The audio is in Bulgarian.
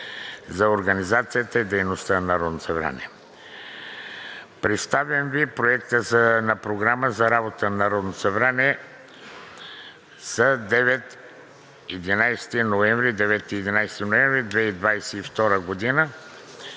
за организацията и дейността на Народното събрание. Представям Ви Проекта на програма за работата на Народното събрание за 9 – 11 ноември